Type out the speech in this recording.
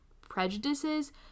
prejudices